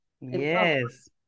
Yes